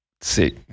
Sick